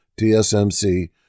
TSMC